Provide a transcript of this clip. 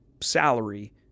salary